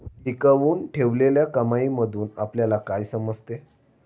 टिकवून ठेवलेल्या कमाईमधून आपल्याला काय समजते?